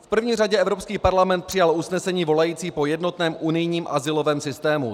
V první řadě Evropský parlament přijal usnesení volající po jednotném unijním azylovém systému.